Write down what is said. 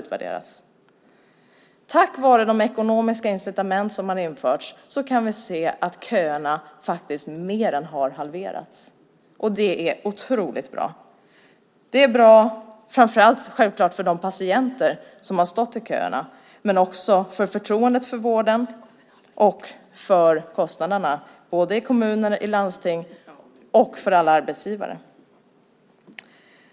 Tack vare de ekonomiska incitament som införts kan vi se att köerna mer än halverats. Det är oerhört bra. Först och främst är det självklart bra för de patienter som stått i kö, men det är också bra för förtroendet för vården. Dessutom är det bra vad gäller kostnaderna såväl för kommunerna och landstingen som för alla arbetsgivare.